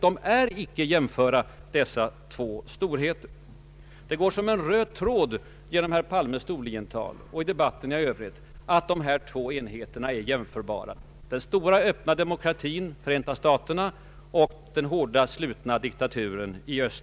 Det är det jag vänder mig emot. Det går som en röd tråd genom herr Palmes Storliental och i debatten i övrigt att dessa två stormak ter är jämförbara — den stora öppna demokratin Förenta staterna och den hårda slutna diktaturen Sovjet.